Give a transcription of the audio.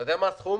אתה יודע מה הסכום?